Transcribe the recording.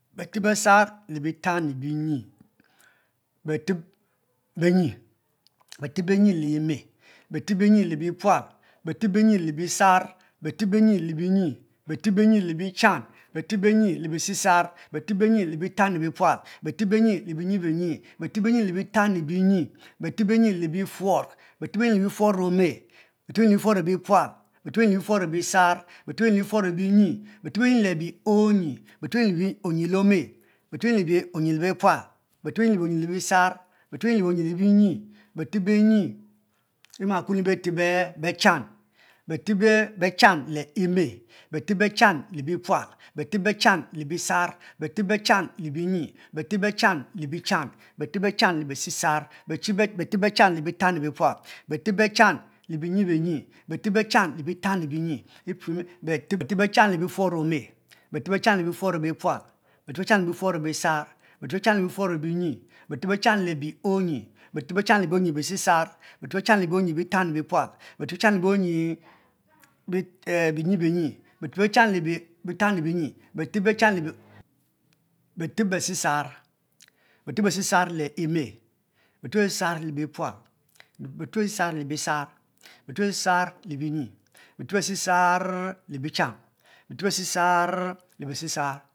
Beteb besar le bitanyi beteb-benyi beteb benyi le eme befeb benyi le bipual befebeb benyi le bisar, beteb bey le binyi beteb benyi le bichan befeb beng le bisisar beteb benyi le bitanyi bipual befeb benyi le bengi beteb benyi le bitanyi binnn yi beteb benyi le bifuo beteb benyi le bifuor ome me beteb benyi le bifuor bipual beteb benyi le bifuor bebisa befeb benyi le bifuor binyi biteb benyi le bi onyi beteb benyi le onyi le ome befeb be nyi le onyi lepual befeb benyi le onyi le bisar befeb benyi le onyi le binyi befeb benyi le onyi ema kuoun onyi befeb bechan le mle befeb bechan le bipual befeb be chan le bisar befeb bechan le binyi beteb bechan le bichan befeb bechan le bisisar befeb bechan le bitanyi bipual beteb bechan le banyi benyi befeb bechan le bifanyi binyi befeb bachan le bifuor befeb bechan le bifuor ome befeb bechan le bifuor bipual beteb bechan le bifour bisar beteb bechan le bifour binyi befeb bechan le be onyi befeb bechan le be onyi bisisar beteb bechan le be onyi bitanyi bipual beteb bechan le onyi benyi benyi befeb besisar befeb besa a le em befeb bisisar le bipual befeb besisar le bisar a bichan